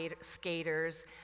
skaters